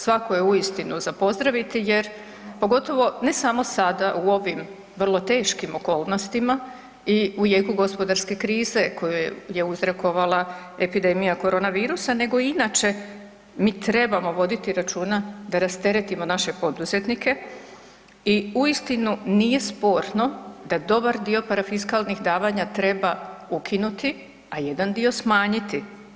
Svako je uistinu za pozdraviti jer pogotovo ne samo sada u ovim vrlo teškim okolnostima i u jeku gospodarske krize koju je uzrokovala epidemija korona virusa, nego inače mi trebamo voditi računa da rasteretimo naše poduzetnike i uistinu nije sporno da dobar dio parafiskalnih davanja treba ukinuti, a jedan dio smanjiti.